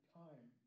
time